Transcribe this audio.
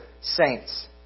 saints